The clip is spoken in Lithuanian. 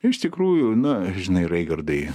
iš tikrųjų na žinai reigardai